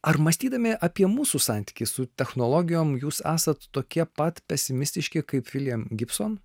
ar mąstydami apie mūsų santykį su technologijom jūs esat tokie pat pesimistiški kaip william gibson